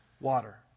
water